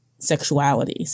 sexualities